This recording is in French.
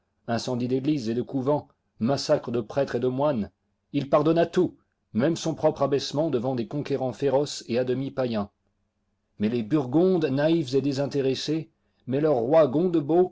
incendies d'églises et de couvents massacres de prêtres et de moines il pardonna tout môme son propre abaissement devant des conquérants féroces et à demi païens mais les burgondes naïfs et désintéressés mais leur roi